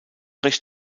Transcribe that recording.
recht